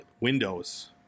Windows